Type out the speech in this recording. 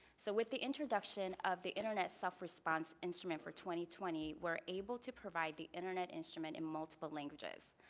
so with the introduction of the internet self response instrument for twenty twenty we are able to provide the internet instrument in multiple languages.